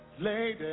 Lady